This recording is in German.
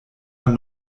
man